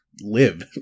live